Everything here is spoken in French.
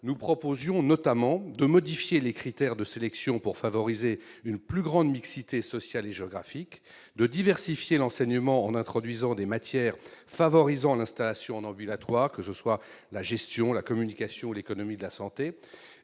nous proposions notamment de modifier les critères de sélection pour favoriser une plus grande mixité sociale et géographique, de diversifier l'enseignement en introduisant des matières favorisant l'installation en ambulatoire, que ce soit la gestion, la communication ou l'économie de la santé,